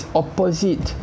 opposite